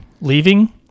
leaving